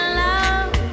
love